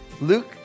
Luke